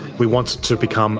we want to become